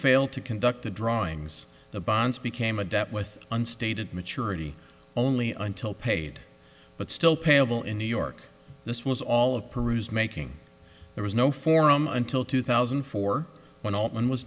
failed to conduct the drawings the bonds became a debt with unstated maturity only until paid but still payable in new york this was all of peru's making there was no forum until two thousand and four when